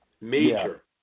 Major